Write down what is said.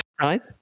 Right